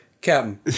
Captain